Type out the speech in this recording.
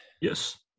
yes